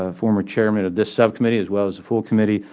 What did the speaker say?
ah former chairman of this subcommittee as well as the full committee,